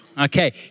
Okay